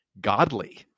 godly